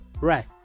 Right